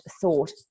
thought